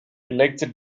elected